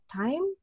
time